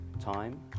time